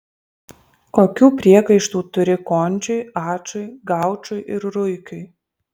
kokių priekaištų turi končiui ačui gaučui ir ruikiui